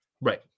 Right